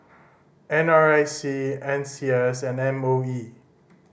N R I C N C S and M O E